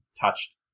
touched